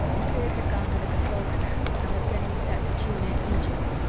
sid had gone to the control divan and was getting set to tune in egypt.